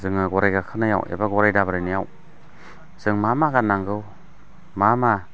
जोङो गराइ गाखोनायाव एबा गराइ दाब्रायनायाव जों मा मा गाननांगौ मा मा